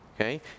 Okay